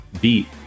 beat